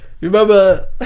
Remember